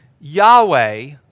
Yahweh